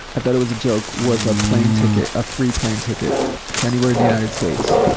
i thought it was a joke, was a plane ticket a free plan ticket to anywhere in the united states.